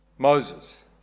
Moses